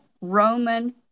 Roman